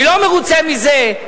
אני לא מרוצה מזה?